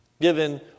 given